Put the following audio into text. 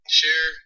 share